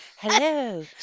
Hello